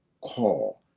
call